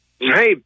Hey